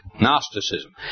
Gnosticism